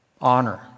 honor